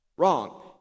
wrong